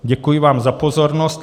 Děkuji vám za pozornost.